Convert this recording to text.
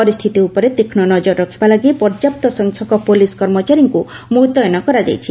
ପରିସ୍ଥିତି ଉପରେ ତୀକ୍ଷ୍ଣ ନଜର ରଖିବା ଲାଗି ପର୍ଯ୍ୟାପ୍ତ ସଂଖ୍ୟକ ପୋଲିସ୍ କର୍ମଚାରୀଙ୍କୁ ମୁତୟନ କରାଯାଇଛି